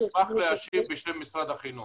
אשמח להשיב בשם משרד החינוך.